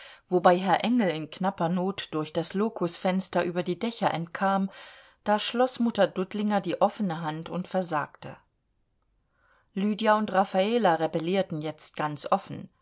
wobei herr engel in knapper not durch das lokusfenster über die dächer entkam da schloß mutter dudlinger die offene hand und versagte lydia und raffala rebellierten jetzt ganz offen